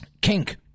Kink